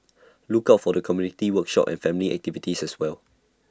look out for community workshops and family activities as well